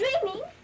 Dreaming